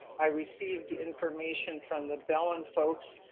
i received information from the bellen folks,